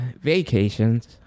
vacations